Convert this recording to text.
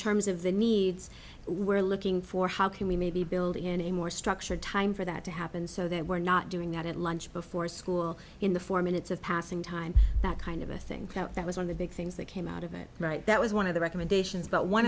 terms of the needs we're looking for how can we maybe build in a more structured time for that to happen so that we're not doing that at lunch before school in the four minutes of passing time that kind of a thing that was on the big things that came out of it right that was one of the recommendations but one